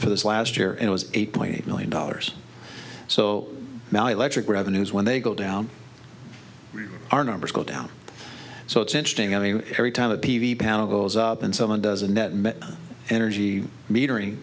for this last year it was eight point eight million dollars so now electric revenues when they go down our numbers go down so it's interesting i mean every time a p v panel goes up and someone does a net mit energy metering